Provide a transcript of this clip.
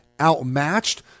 outmatched